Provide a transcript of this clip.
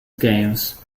games